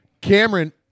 Cameron